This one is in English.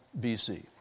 BC